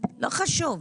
לא חשוב,